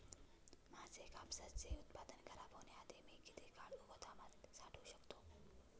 माझे कापसाचे उत्पादन खराब होण्याआधी मी किती काळ गोदामात साठवू शकतो?